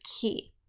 key